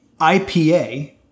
IPA